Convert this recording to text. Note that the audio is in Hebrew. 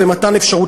פרוטוקול.